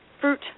fruit